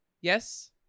Yes